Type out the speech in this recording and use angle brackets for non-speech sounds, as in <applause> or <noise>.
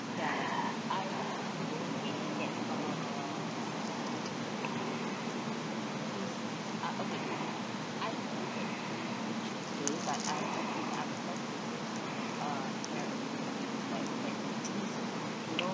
<breath>